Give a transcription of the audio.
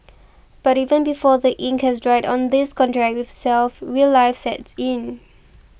but even before the ink has dried on this contract with self real life sets in